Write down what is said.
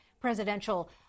presidential